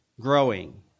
growing